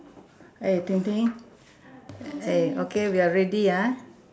eh Ting-Ting eh okay we are ready ah